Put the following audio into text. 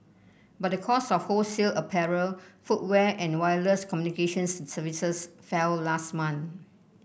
but the cost of wholesale apparel footwear and wireless communications services fell last month